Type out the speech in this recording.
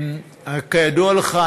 כידוע לך,